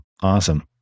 Awesome